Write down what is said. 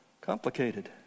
complicated